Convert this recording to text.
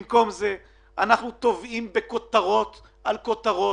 ובמקום זה אנחנו טובעים בכותרות על כותרות,